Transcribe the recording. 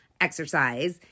exercise